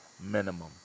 minimum